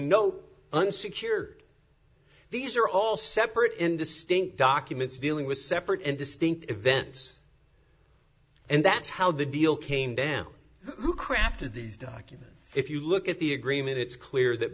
note unsecured these are all separate and distinct documents dealing with separate and distinct events and that's how the deal came down who crafted these documents if you look at the agreement it's clear that